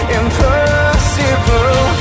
impossible